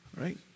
right